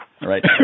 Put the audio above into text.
Right